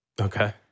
Okay